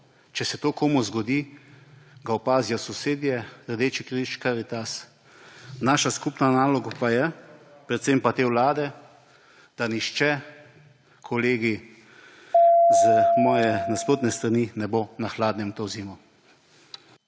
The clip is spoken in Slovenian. Če se to komu zgodi, ga opazijo sosedje, Rdeči križ, Karitas. Naša skupna naloga pa je, predvsem pa te vlade, da nihče, kolegi z moje nasprotne strani, ne bo na hladnem to zimo.